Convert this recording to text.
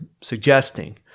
suggesting